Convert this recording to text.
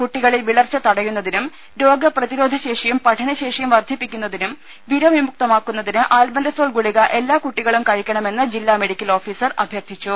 കുട്ടികളിൽ വിളർച്ച തടയുന്നതിനും രോഗ പ്രതിരോധശേഷിയും പഠനശേഷിയും വർദ്ധിപ്പിക്കുന്നതിനും വിരവിമുക്തമാക്കുന്നതിന് ആൽബൻഡസോൾ ഗുളിക എല്ലാ കുട്ടികളും കഴിക്കണമെന്ന് ജില്ലാ മെഡിക്കൽ ഓഫീസർ അഭ്യർത്ഥിച്ചു